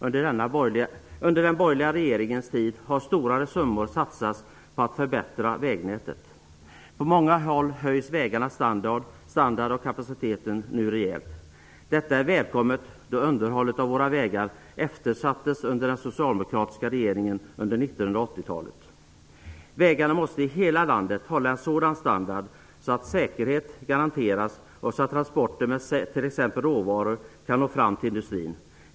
Under den borgerliga regeringens tid har stora summor satsats på att förbättra vägnätet. På många håll höjs nu vägarnas standard och kapacitet rejält. Detta är välkommet, då underhållet av våra vägar eftersattes under de socialdemokratiska regeringarna under 1980-talet. Vägarna måste i hela landet hålla en sådan standard att säkerhet kan garanteras och transporter med t.ex. råvaror kan nå fram till industrin.